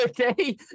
okay